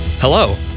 Hello